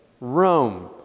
Rome